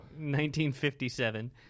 1957